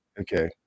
Okay